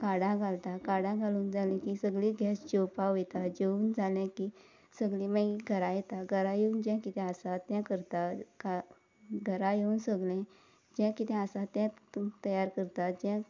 कार्डां घालता कार्डां घालून जालें की सगळीं गॅस्ट जेवपा वयता जेवून जालें की सगळीं मागीर घरा येता घरा येवन जें कितें आसा तें करता गा घरा येवन सगळें जें कितें आसा तें तुम तयार करता जें